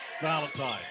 Valentine